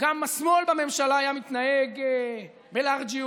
גם השמאל בממשלה היה מתנהג בלארג'יות,